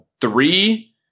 three